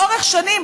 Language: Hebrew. לאורך שנים,